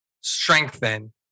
strengthen